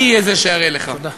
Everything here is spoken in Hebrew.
אני אהיה זה שאראה לך.